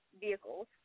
vehicles